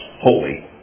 holy